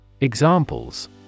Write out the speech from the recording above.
Examples